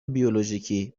بیولوژیکی